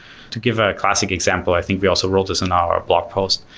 to give a classic example, i think we also wrote this in our blog post.